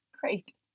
Great